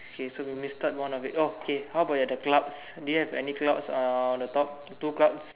okay so we missed out one of it oh K how about your the clouds do you have any clouds uh on the top two clouds